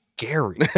scary